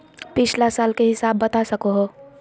पिछला साल के हिसाब बता सको हो?